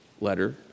letter